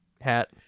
hat